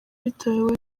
bitewe